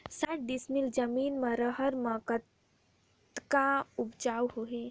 साठ डिसमिल जमीन म रहर म कतका उपजाऊ होही?